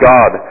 God